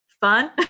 fun